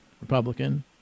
Republican